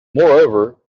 moreover